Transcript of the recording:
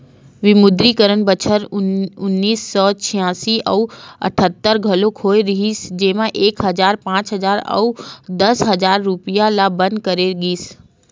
विमुद्रीकरन बछर उन्नीस सौ छियालिस अउ अठत्तर घलोक होय रिहिस जेमा एक हजार, पांच हजार अउ दस हजार रूपिया ल बंद करे गिस